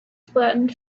flattened